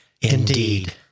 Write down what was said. Indeed